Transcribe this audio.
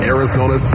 Arizona